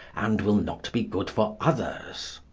and will not be good for others.